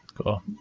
Cool